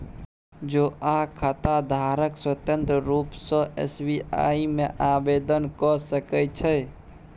जौंआँ खाताधारक स्वतंत्र रुप सँ एस.बी.आइ मे आवेदन क सकै छै